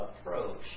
approach